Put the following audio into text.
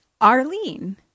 Arlene